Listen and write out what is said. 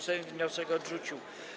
Sejm wniosek odrzucił.